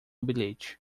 bilhete